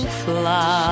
fly